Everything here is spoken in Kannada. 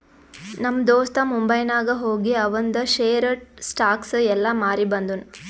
ನಮ್ ದೋಸ್ತ ಮುಂಬೈನಾಗ್ ಹೋಗಿ ಆವಂದ್ ಶೇರ್, ಸ್ಟಾಕ್ಸ್ ಎಲ್ಲಾ ಮಾರಿ ಬಂದುನ್